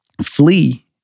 Flee